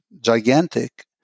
gigantic